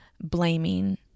blaming